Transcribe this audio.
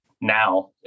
now